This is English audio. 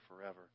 forever